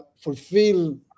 fulfill